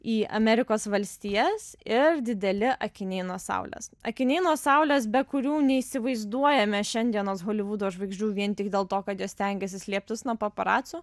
į amerikos valstijas ir dideli akiniai nuo saulės akiniai nuo saulės be kurių neįsivaizduojame šiandienos holivudo žvaigždžių vien tik dėl to kad jos stengėsi slėptis nuo paparacių